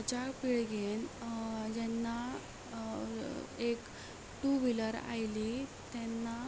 आतांच्या पिळगेन जेन्ना एक टू व्हिलर आयली तेन्ना